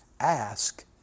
Ask